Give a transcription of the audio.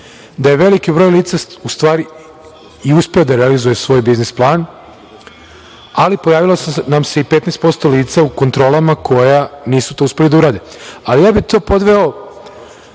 da je veliki broj lica i uspeo da realizuje svoj biznis plan, ali pojavila su nam se i 15% lica u kontrolama koja nisu to uspela da urade. Ali, ja bih to podveo